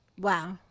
Wow